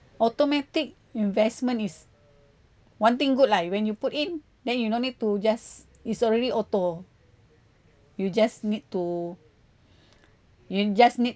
automatic investment is one thing good lah when you put in then you no need to adjust is already auto you just need to you just need